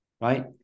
right